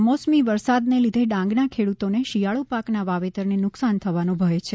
કમોસમી વરસાદને લીધે ડાંગના ખેડૂતોને શિયાળુ પાકના વાવેતરને નુકસાન થવાનો ભય છે